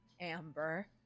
amber